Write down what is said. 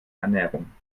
ernährung